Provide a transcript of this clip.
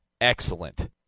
excellent